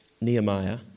Nehemiah